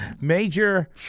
Major